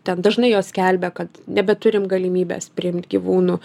ten dažnai jos skelbia kad nebeturim galimybės priimt gyvūnų